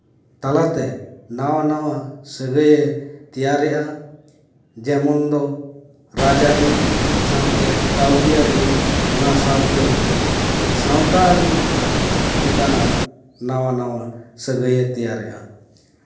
ᱛᱟᱞᱟᱛᱮ ᱱᱟᱶᱟ ᱱᱟᱶᱟ ᱥᱟᱹᱜᱟᱹᱭᱮ ᱛᱮᱭᱟᱨᱮᱫᱼᱟ ᱡᱮᱢᱚᱱ ᱫᱚ ᱨᱟᱡᱽᱟᱹᱨᱤ ᱥᱟᱶᱛᱮ ᱠᱟᱹᱣᱰᱤ ᱟᱹᱨᱤ ᱚᱱᱟ ᱥᱟᱶᱛᱮ ᱥᱟᱶᱛᱟ ᱟᱹᱨᱤ ᱞᱮᱠᱟᱱᱟᱜ ᱱᱟᱟᱶ ᱱᱟᱶᱟ ᱥᱟᱹᱜᱟᱹᱭᱮ ᱛᱮᱭᱟᱨᱮᱫᱼᱟ